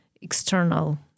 external